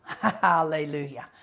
Hallelujah